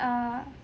err